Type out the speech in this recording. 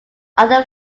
other